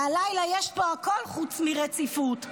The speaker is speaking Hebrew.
הלילה יש פה הכול חוץ מרציפות.